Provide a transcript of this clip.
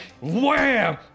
Wham